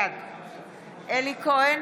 בעד אלי כהן,